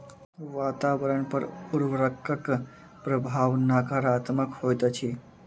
वातावरण पर उर्वरकक प्रभाव नाकारात्मक होइत अछि